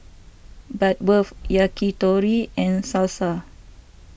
Bratwurst Yakitori and Salsa